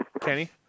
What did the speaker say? Kenny